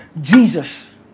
Jesus